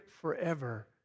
forever